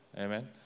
Amen